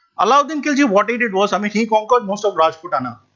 alauddin khilji what he did was i mean he conquered most of rajputana,